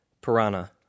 Piranha